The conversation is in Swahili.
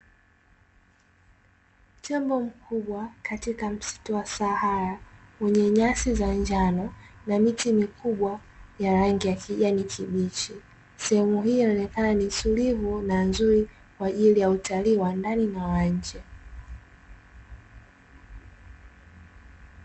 Tembo mkubwa katika msitu wa sahara wenye nyasi za njano na miti mikubwa ya rangi ya kijani kibichi, sehemu hiyo inaonekana ni tulivu na nzuri kwa ajili ya utalii wa ndani na wa nje.